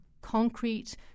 concrete